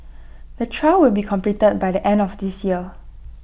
the trial will be completed by the end of this year